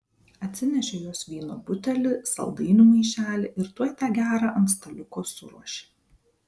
atsinešė jos vyno butelį saldainių maišelį ir tuoj tą gerą ant staliuko suruošė